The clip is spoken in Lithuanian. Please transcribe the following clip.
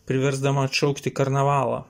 priversdama atšaukti karnavalą